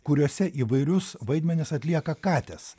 kuriuose įvairius vaidmenis atlieka katės